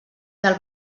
del